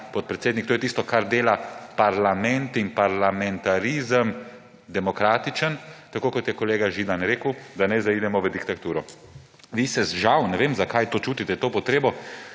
podpredsednik. To je tisto, kar dela parlament in parlamentarizem demokratičen, tako kot je kolega Židan rekel, da ne zaidemo v diktaturo. Vi žal ‒ ne vem, zakaj ‒ čutite to potrebo,